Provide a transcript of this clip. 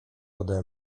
ode